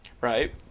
right